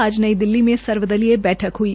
आज नई दिल्ली में सर्व दलीय बैठक हुई